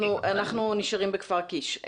אנחנו נשארים בכפר קיש.